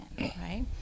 right